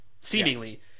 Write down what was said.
seemingly